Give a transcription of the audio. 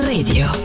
Radio